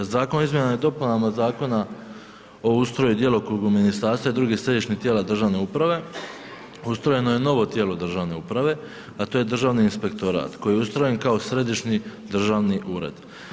Zakonom o izmjenama i dopunama Zakona o ustroju i djelokrugu ministarstva i drugih središnjih tijela državne uprave ustrojeno je novo tijelo državne uprave a to je Državni inspektorat koji je ustrojen kao središnji državni ured.